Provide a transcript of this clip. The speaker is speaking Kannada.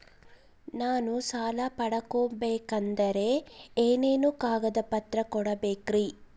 ನಾನು ಸಾಲ ಪಡಕೋಬೇಕಂದರೆ ಏನೇನು ಕಾಗದ ಪತ್ರ ಕೋಡಬೇಕ್ರಿ?